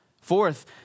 Fourth